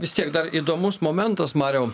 vis tiek dar įdomus momentas mariau